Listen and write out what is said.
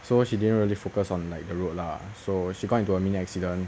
so she didn't really focus on like the road lah so she got into a mini accident